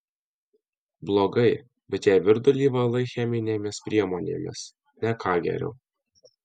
blogai bet jei virdulį valai cheminėmis priemonėmis ne ką geriau